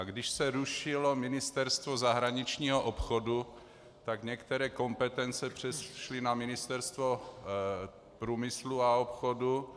Když se rušilo Ministerstvo zahraničního obchodu, tak některé kompetence přešly na Ministerstvo průmyslu a obchodu.